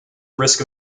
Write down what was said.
risk